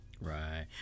Right